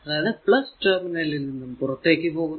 അതായതു ടെർമിനലിൽ നിന്നും പുറത്തേക്കു പോകുന്നു